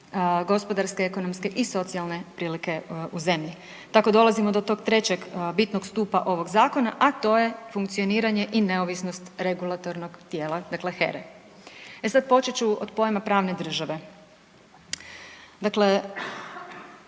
gospodarske, ekonomske i socijalne prilike u zemlji. Tako dolazimo do tog trećeg bitnog stupa ovog zakona, a to je funkcioniranje i neovisnost regulatornog tijela, dakle HERE. E sad počet ću od pojma pravne države.